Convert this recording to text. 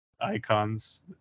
icons